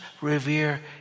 revere